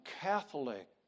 Catholic